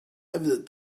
evident